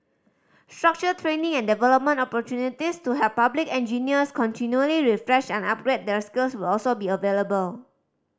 structured training and development opportunities to help public engineers continually refresh and upgrade their skills will also be available